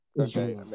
Okay